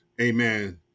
amen